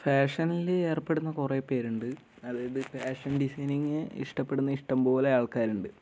ഫാഷനിൽ ഏർപ്പെടുന്ന കുറേ പേരുണ്ട് അതായത് ഫാഷൻ ഡിസൈനിങ്ങ് ഇഷ്ടപ്പെടുന്ന ഇഷ്ടംപോലെ ആൾക്കാരുണ്ട്